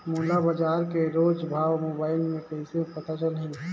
मोला बजार के रोज भाव मोबाइल मे कइसे पता चलही?